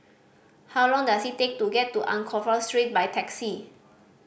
how long does it take to get to Anchorvale Street by taxi